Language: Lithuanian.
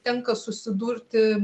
tenka susidurti